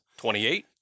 28